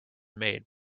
made